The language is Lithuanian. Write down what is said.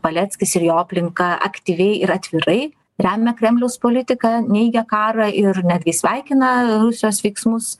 paleckis ir jo aplinka aktyviai ir atvirai remia kremliaus politiką neigia karą ir netgi sveikina rusijos veiksmus